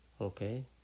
okay